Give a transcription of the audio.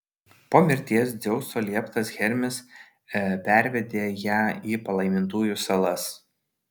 po mirties dzeuso lieptas hermis pervedė ją į palaimintųjų salas